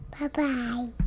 Bye-bye